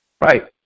Right